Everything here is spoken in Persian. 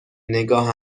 نگاه